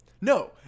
No